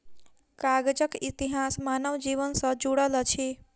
कागजक इतिहास मानव जीवन सॅ जुड़ल अछि